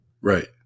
Right